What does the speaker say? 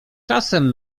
czasem